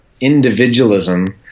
individualism